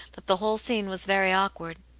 that the whole scene was very awkward.